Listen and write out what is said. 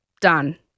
done